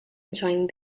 joined